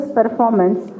performance